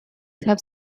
have